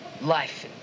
life